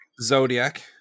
Zodiac